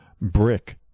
brick